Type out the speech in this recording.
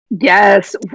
Yes